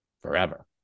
forever